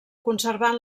conservant